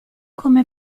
come